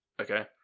okay